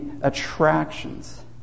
attractions